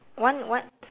one what